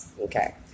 okay